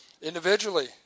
Individually